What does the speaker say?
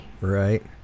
Right